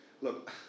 look